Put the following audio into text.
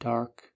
Dark